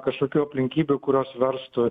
kažkokių aplinkybių kurios verstų